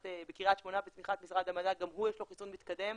בקרית שמונה בתמיכת משרד המדע גם הוא יש לו חיסון מתקדם.